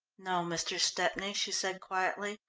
no, mr. stepney, she said quietly,